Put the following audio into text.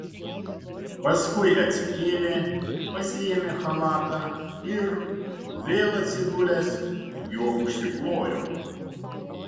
paskui atsikėlė pasiėmė chalatą ir vėl atsigulęs juo užsiklojo